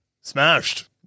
smashed